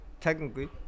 technically